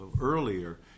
earlier